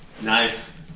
Nice